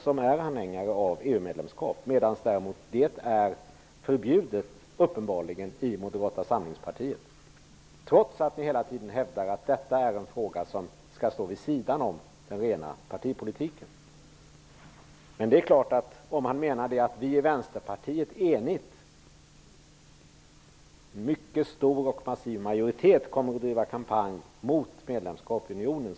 Ett motsvarande agerande är däremot uppenbarligen förbjudet i Moderata samlingspartiet, trots att ni hela tiden hävdar att detta är något som skall stå vid sidan om den rena partipolitiken. Däremot är det riktigt att vi i Vänsterpartiet med en mycket stor och massiv majoritet kommer att driva kampanj mot medlemskap i unionen.